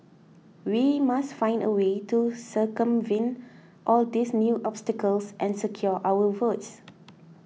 we must find a way to circumvent all these new obstacles and secure our votes